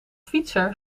fietser